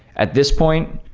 at this point,